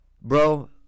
Bro